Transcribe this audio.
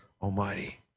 almighty